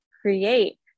create